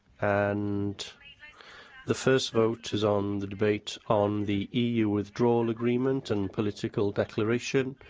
and the first vote is on the debate on the eu withdrawal agreement and political declaration.